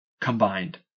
combined